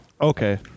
Okay